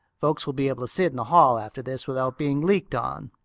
folks will be able to sit in the hall after this without being leaked on.